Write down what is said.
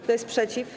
Kto jest przeciw?